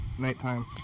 nighttime